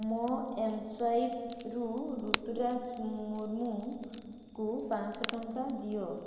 ମୋ ଏମ୍ସ୍ୱାଇପ୍ରୁ ରୁତୁରାଜ ମୁର୍ମୁଙ୍କୁ ପାଞ୍ଚଶହ ଟଙ୍କା ଦିଅ